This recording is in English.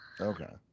okay